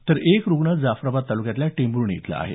तर एक रुग्ण जाफ्राबाद तालुक्यातल्या टेंभुर्णी इथला आहे